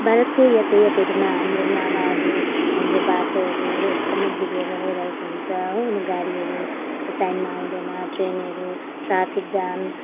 भारतको यातायातहरूमा हाम्रो नालाहरू हाम्रो बाटोहरू एकदमै बिग्रिएर गइरहेको हुन्छ हो अनि गाडीहरू टाइममा आउँदैन ट्रेनहरू ट्राफिक जाम